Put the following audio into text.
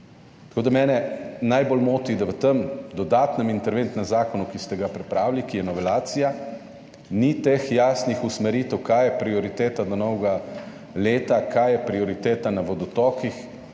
Tako, da mene najbolj moti, da v tem dodatnem interventnem zakonu, ki ste ga pripravili, ki je novelacija, ni teh jasnih usmeritev kaj je prioriteta do novega leta, kaj je prioriteta na vodotokih,